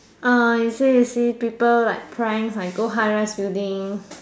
ah you see you see people like pranks like go high-rise building